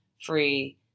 free